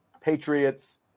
patriots